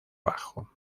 bajo